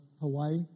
Hawaii